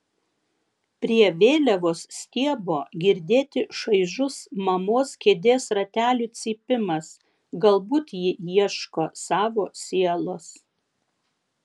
prie vėliavos stiebo girdėti šaižus mamos kėdės ratelių cypimas galbūt ji ieško savo sielos